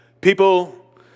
people